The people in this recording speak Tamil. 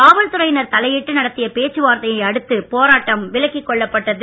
காவல் துறையினர் தலையிட்டு நடத்திய பேச்சுவார்த்தையை அடுத்து போராட்டம் விலக்கி கொள்ளப்பட்டது